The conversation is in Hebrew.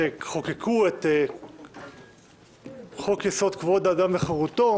שכשחוקקו את חוק יסוד: כבוד האדם וחירותו,